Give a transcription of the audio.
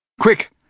Quick